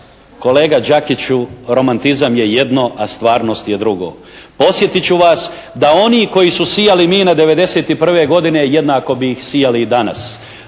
Kolega Đakiću romantizam je jedno, a stvarnost je drugo. Podsjetit ću vas da oni koji su sijali mine '91. godine jednako bi ih sijali i danas.